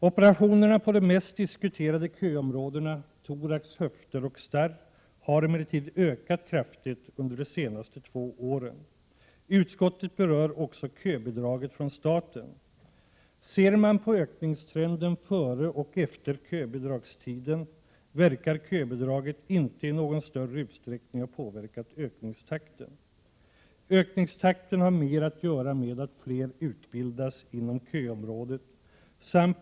Operationerna inom de mest diskuterade köområdena —thorax, höfter och starr — har emellertid ökat kraftigt under de senaste två åren. Utskottet berör också frågan om köbidraget från staten. Ser man på ökningstrenden före och efter köbidragstiden, verkar köbidraget inte i någon större utsträckning ha påverkat ökningstakten. Ökningstakten har mer att göra med att fler utbildats inom köområdet.